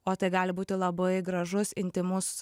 o tai gali būti labai gražus intymus